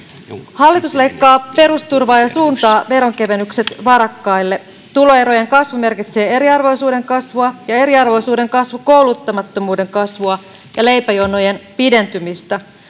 hallitus leikkaa perusturvaa ja suuntaa veronkevennykset varakkaille tuloerojen kasvu merkitsee eriarvoisuuden kasvua ja eriarvoisuuden kasvu kouluttamattomuuden kasvua ja leipäjonojen pidentymistä